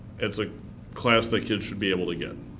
it's a class that kids should be able to get.